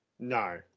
No